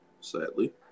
sadly